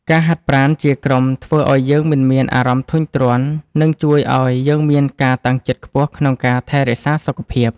ការហាត់ប្រាណជាក្រុមធ្វើឱ្យយើងមិនមានអារម្មណ៍ធុញទ្រាន់ និងជួយឱ្យយើងមានការតាំងចិត្តខ្ពស់ក្នុងការថែរក្សាសុខភាព។